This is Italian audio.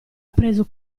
preso